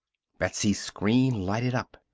betsy's screen lighted up.